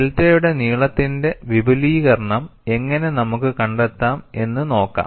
ഡെൽറ്റയുടെ നീളത്തിന്റെ വിപുലീകരണം എങ്ങനെ നമുക്ക് കണ്ടെത്താം എന്ന് നോക്കാം